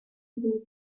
became